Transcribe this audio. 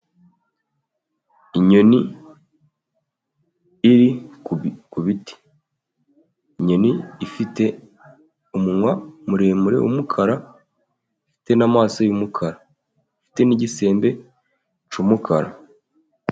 Inyoni iri ku biti, inyoni ifite umunwa muremure wumukara ifite n'amaso y'umukara, ifite n'igisembe cy'umukara.